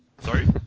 Sorry